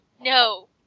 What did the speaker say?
no